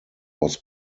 was